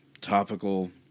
topical